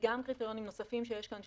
וגם קריטריונים נוספים שיש כאן,